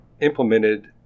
implemented